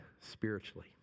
spiritually